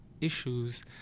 issues